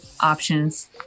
options